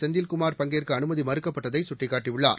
செந்தில்குமார் பங்கேற்க அனுமதி மறுக்கப்பட்டதை சுட்டிக்காட்டியுள்ளார்